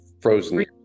frozen